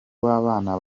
w’abana